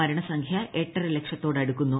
മരണസംഖ്യ എട്ടര ലക്ഷത്തോടടുക്കുന്നു